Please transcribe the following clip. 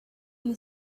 you